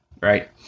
right